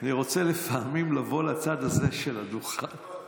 אני רוצה לפעמים לבוא לצד הזה של הדוכן.